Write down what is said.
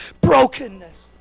brokenness